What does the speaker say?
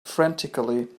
frantically